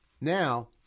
Now